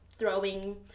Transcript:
throwing